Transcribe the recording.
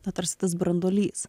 na tarsi tas branduolys